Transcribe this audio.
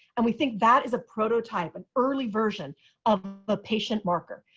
and we think that is a prototype an early version of the patient marker.